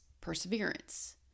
perseverance